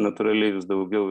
natūraliai vis daugiau